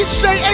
say